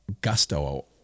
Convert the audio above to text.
gusto